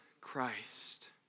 Christ